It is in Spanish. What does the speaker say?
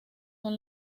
son